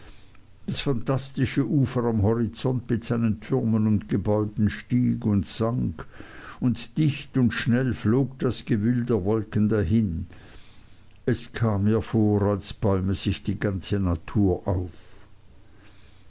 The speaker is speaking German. das phantastische ufer am horizont mit seinen türmen und gebäuden stieg und sank und dicht und schnell flog das gewühl der wolken dahin es kam mir vor als bäume sich die ganze natur auf